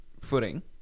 footing